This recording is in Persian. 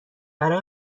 برای